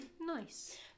Nice